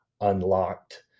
unlocked